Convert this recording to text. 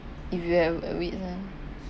if you have have weakne~